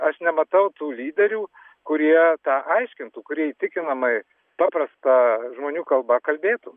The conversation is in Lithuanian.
aš nematau tų lyderių kurie tą aiškintų kurie įtikinamai paprasta žmonių kalba kalbėtų